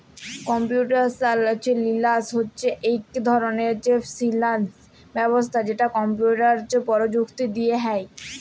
computational finance হছে ইক ধরলের ফিল্যাল্স ব্যবস্থা যেট কম্পিউটার পরযুক্তি দিঁয়ে হ্যয়